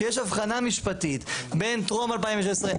שיש הבחנה משפטית בין טרום 2016,